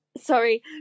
sorry